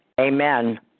amen